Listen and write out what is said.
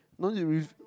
don't you with